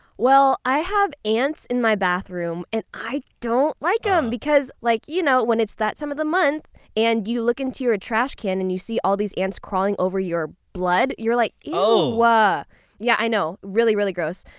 well, i have ants in my bathroom and i don't like them um because like you know when it's that time of the month and you look into your trash can and you see all these ants crawling over your blood you're like eww! um ah yeah i know. really, really gross.